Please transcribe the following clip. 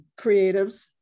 creatives